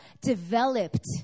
developed